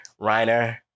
reiner